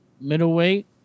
Middleweight